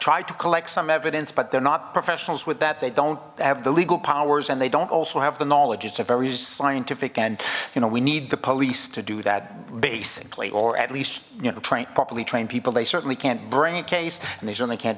to collect some evidence but they're not professionals with that they don't have the legal powers and they don't also have the knowledge it's a very scientific and you know we need the police to do that basically or at least you know trained properly trained people they certainly can't bring a case and they